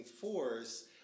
force